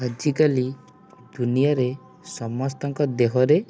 ଆଜିକାଲି ଦୁନିଆରେ ସମସ୍ତଙ୍କ ଦେହରେ